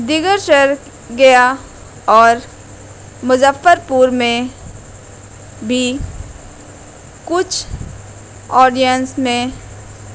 دیگر شہر گیا اور مظفر پور میں بھی کچھ آڈئنس میں